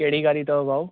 कहिड़ी गाॾी अथव भाऊ